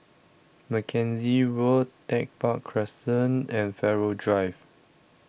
Mackenzie Road Tech Park Crescent and Farrer Drive